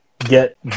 get